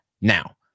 now